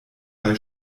bei